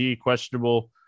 questionable